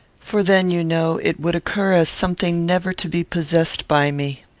for then, you know, it would occur as something never to be possessed by me.